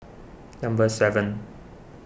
number seven